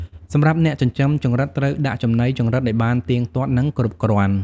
សម្រាប់អ្នកចិញ្ចឹមចង្រិតត្រូវដាក់ចំណីចង្រិតឲ្យបានទៀងទាត់ និងគ្រប់គ្រាន់។